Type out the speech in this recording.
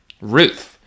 Ruth